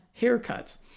haircuts